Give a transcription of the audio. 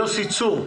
יוסי צור,